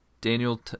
Daniel